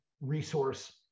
resource